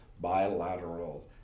bilateral